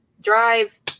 drive